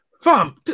Fam